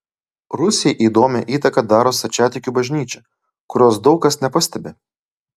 rusijai įdomią įtaką daro stačiatikių bažnyčia kurios daug kas nepastebi